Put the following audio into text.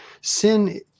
Sin